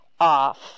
off